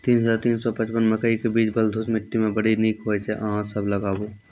तीन हज़ार तीन सौ पचपन मकई के बीज बलधुस मिट्टी मे बड़ी निक होई छै अहाँ सब लगाबु?